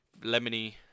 Lemony